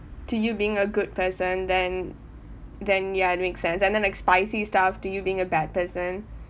to you being a good person then then ya it makes sense and then like spicy stuff to you being a bad person